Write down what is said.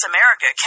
America